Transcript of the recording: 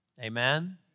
Amen